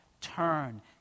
turn